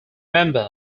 member